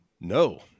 no